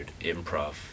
improv